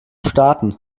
starten